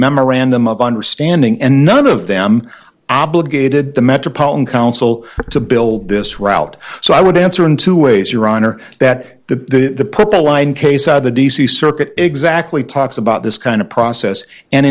memorandum of understanding and none of them obligated the metropolitan council to build this route so i would answer in two ways your honor that the put the law in case the d c circuit exactly talks about this kind of process and